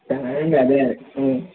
సరేనండి అదే